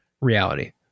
reality